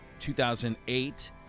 2008